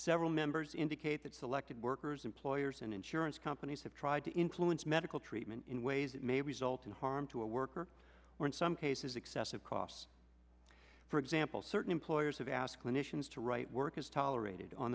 several members indicate that selected workers employers and insurance companies have tried to influence medical treatment in ways that may result in harm to a worker or in some cases excessive costs for example certain employers have asked clinicians to write work is tolerated on